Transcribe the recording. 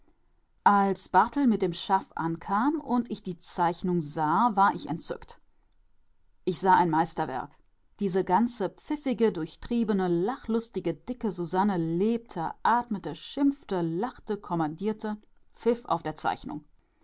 als barthel mit dem schaff ankam und ich die zeichnung sah war ich entzückt ich sah ein meisterwerk diese ganze pfiffige durchtriebene lachlustige dicke susanne lebte atmete schimpfte lachte kommandierte pfiff auf der zeichnung